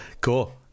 Cool